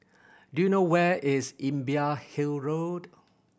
do you know where is Imbiah Hill Road